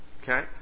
Okay